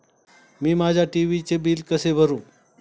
मी माझ्या टी.व्ही चे बिल कसे भरू?